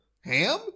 ham